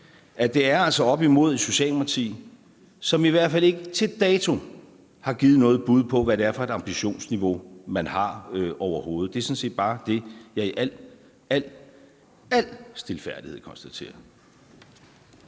– at vi altså er oppe imod et Socialdemokrati, som i hvert fald til dato overhovedet ikke har givet noget bud på, hvad det er for et ambitionsniveau, man har. Det er sådan set bare det, jeg i al – al – stilfærdighed konstaterer.